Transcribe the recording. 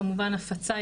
כמובן הפצה,